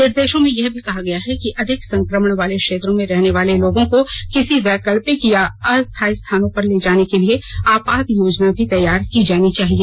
निर्देशों में यह भी कहा गया है कि अधिक संक्रमण वाले क्षेत्रों में रहने वाले लोगों को किसी वैकल्पिक या अस्थाई स्थानों पर ले जाने के लिए आपात योजना भी तैयार की जानी चाहिए